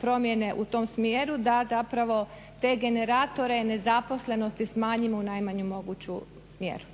promjene u tom smjeru da te generatore nezaposlenosti smanjimo na najmanju moguću mjeru.